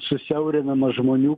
susiaurinamas žmonių